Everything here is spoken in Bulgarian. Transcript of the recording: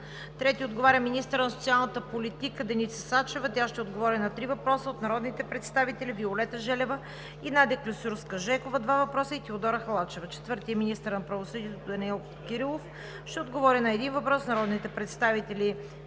3. Министърът на труда и социалната политика Деница Сачева ще отговори на три въпроса от народните представители Виолета Желева и Надя Клисурска-Жекова (два въпроса); и Теодора Халачева. 4. Министърът на правосъдието Данаил Кирилов ще отговори на един въпрос от народните представители